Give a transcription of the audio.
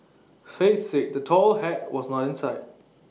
faith said the tall hat was not in sight